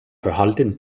verhalten